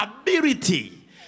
ability